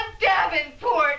Davenport